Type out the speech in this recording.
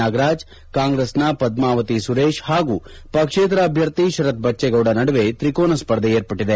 ನಾಗರಾಜ್ ಕಾಂಗ್ರೆಸ್ನ ಪದ್ಮಾವತಿ ಸುರೇಶ್ ಹಾಗೂ ಪಕ್ಷೇತರ ಅಭ್ವರ್ಥಿ ಶರತ್ ಬಚ್ಚೇಗೌಡ ನಡುವೆ ತ್ರಿಕೋನ ಸ್ವರ್ಧೆ ಏರ್ಪಟ್ಟದೆ